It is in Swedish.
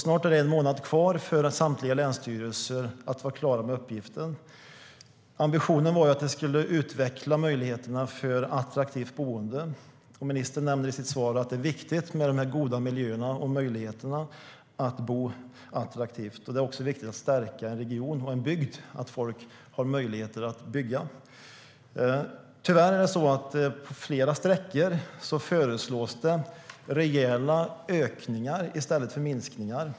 Snart är det en månad kvar för samtliga länsstyrelser att bli klara med uppgiften. Ambitionen var att utveckla möjligheterna för attraktivt boende. Ministern nämner i sitt svar att de goda miljöerna och möjligheterna att bo attraktivt är viktiga samt att det är viktigt att stärka en region och en bygd genom att folk har möjlighet att bygga. Tyvärr föreslås det på flera sträckor rejäla ökningar i stället för minskningar.